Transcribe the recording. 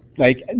like, and